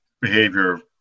behavior